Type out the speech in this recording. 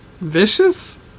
vicious